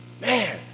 Man